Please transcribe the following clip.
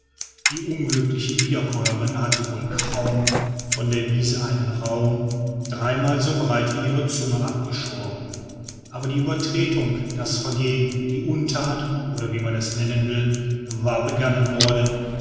die unglückliche wiederkäuerin hatte wohl kaum von der wiese einen raum drei mal so breit wie ihre zunge abgeschoren anspielung auf eine stelle in lafontaine's fabel les animaux malades de la peste aber die uebertretung das vergehen die unthat oder wie man es nennen will war begangen worden